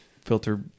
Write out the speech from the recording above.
filter